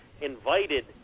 invited